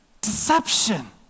deception